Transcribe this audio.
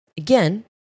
Again